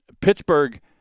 Pittsburgh